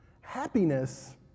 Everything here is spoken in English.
happiness